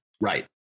Right